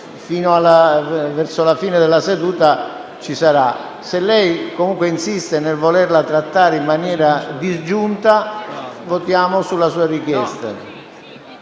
Pertanto, un certo tempo ci sarà. Se lei comunque insiste nel volerla trattare in maniera disgiunta, votiamo sulla sua richiesta.